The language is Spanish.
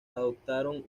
adoptaron